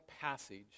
passage